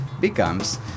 becomes